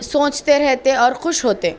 سوچتے رہتے اور خوش ہوتے